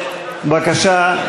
בבקשה,